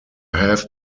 have